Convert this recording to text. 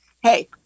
hey